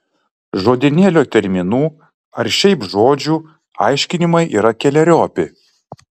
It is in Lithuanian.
žodynėlio terminų ar šiaip žodžių aiškinimai yra keleriopi